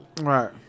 Right